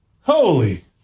Holy